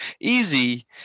easy